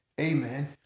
amen